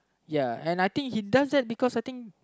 ya and I think he does that because I think